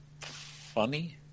Funny